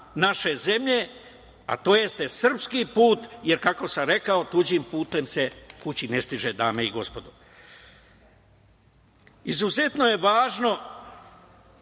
naše zemlje, a to jeste srpski put, jer kako sam rekao, tuđim putem se kući ne stiže, dame i gospodo. Izuzetno je važno